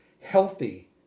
healthy